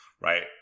right